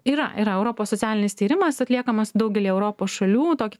yra yra europos socialinis tyrimas atliekamas daugelyje europos šalių tokį